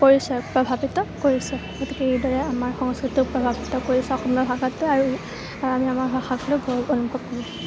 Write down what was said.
পৰিচয় প্ৰভাৱিত কৰিছে গতিকে এইদৰে আমাৰ সংস্কৃতি প্ৰভাৱিত কৰিছে অসমীয়া ভাষাটোৱে আৰু আমি আমাৰ ভাষাক লৈ গৌৰৱ অনুভৱ কৰোঁ